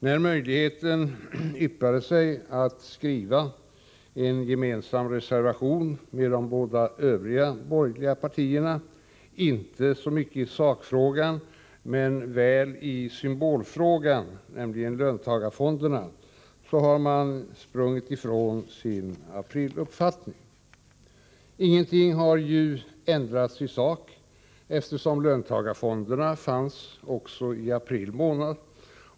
När möjlighet yppade sig att skriva en gemensam reservation med de båda övriga borgerliga partierna — inte så mycket i sakfrågan men väl i symbolfrågan, nämligen i löntagarfondsfrågan — har man sprungit ifrån sin apriluppfattning. Ingenting har ju ändrats i sak, eftersom fonderna fanns också i april månad.